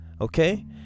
okay